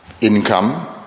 income